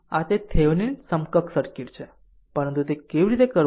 આમ આ તે થેવીનિન સમકક્ષ સર્કિટ છે પરંતુ તે કેવી રીતે કરવું